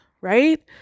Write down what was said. Right